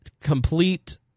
complete